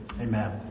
Amen